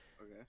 Okay